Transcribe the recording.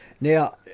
Now